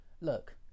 look